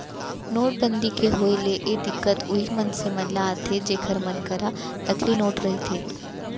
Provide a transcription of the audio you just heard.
नोटबंदी के होय ले ए दिक्कत उहीं मनसे मन ल आथे जेखर मन करा नकली नोट रहिथे